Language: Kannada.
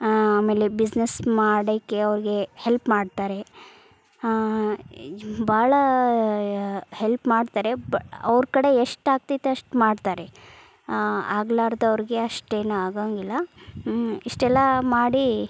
ಆಮೇಲೆ ಬಿಸ್ನೆಸ್ ಮಾಡಕ್ಕೆ ಅವ್ರಿಗೆ ಹೆಲ್ಪ್ ಮಾಡ್ತಾರೆ ಭಾಳ ಹೆಲ್ಪ್ ಮಾಡ್ತಾರೆ ಬ್ ಅವ್ರ ಕಡೆ ಎಷ್ಟು ಆಗ್ತೈತೆ ಅಷ್ಟು ಮಾಡ್ತಾರೆ ಆಗಲಾರ್ದವ್ರ್ಗೆ ಅಷ್ಟೇನೂ ಆಗೋಂಗಿಲ್ಲ ಇಷ್ಟೆಲ್ಲ ಮಾಡಿ